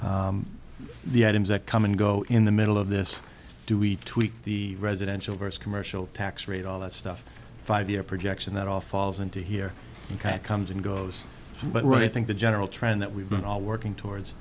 the items that come and go in the middle of this do we tweak the residential first commercial tax rate all that stuff five year projection that all falls into here comes and goes but i think the general trend that we've been all working towards